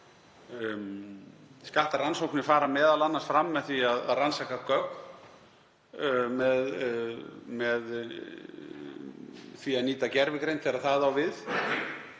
Skattrannsóknir fara m.a. fram með því að rannsaka gögn, með því að nýta gervigreind þegar það á við,